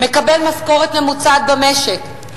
מקבל משכורת ממוצעת במשק,